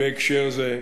בהקשר זה,